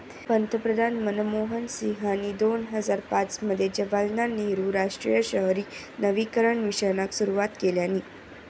पंतप्रधान मनमोहन सिंहानी दोन हजार पाच मध्ये जवाहरलाल नेहरु राष्ट्रीय शहरी नवीकरण मिशनाक सुरवात केल्यानी